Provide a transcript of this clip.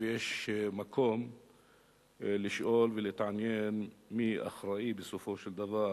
ויש מקום לשאול ולהתעניין מי אחראי בסופו של דבר